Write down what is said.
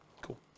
Cool